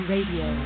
Radio